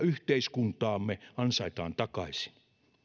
ja yhteiskuntaamme ansaitaan takaisin